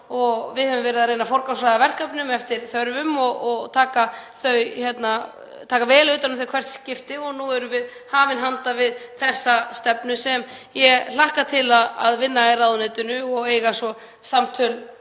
við höfum verið að reyna að forgangsraða verkefnum eftir þörfum og taka vel utan um þau í hvert skipti. Nú höfum við hafist handa við þessa stefnu sem ég hlakka til að vinna í ráðuneytinu og eiga svo